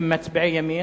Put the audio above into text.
הם מצביעי ימין.